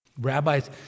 Rabbis